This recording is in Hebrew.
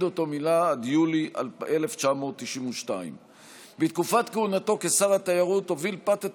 עד יולי 1992. בתקופת כהונתו כשר התיירות הוביל פת את